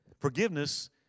Forgiveness